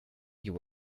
you